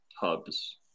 hubs